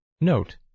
Note